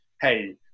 hey